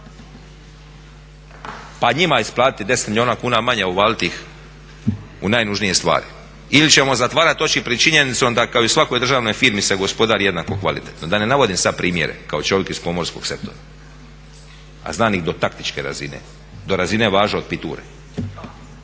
pa njima isplatiti 10 milijuna kuna manje, uvaliti ih u najnužnije stvari? Ili ćemo zatvarati oči pred činjenicom da kao i u svakoj državnoj firmi se gospodari jednako kvalitetno? Da ne navodim sada primjere kao čovjek iz pomorskog sektora a znam ih do taktičke razine. Do razine važa od piture.